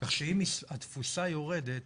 כך שאם התפוסה יורדת,